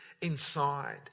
inside